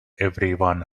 everyone